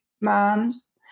moms